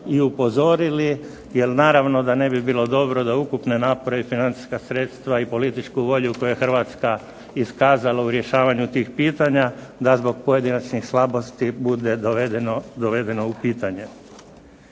i upozorili jer naravno da ne bi bilo dobro da ukupne napore i financijska sredstva i političku volju koju je Hrvatska iskazala u rješavanju tih pitanja, da zbog pojedinačnih slabosti bude dovedeno u pitanje.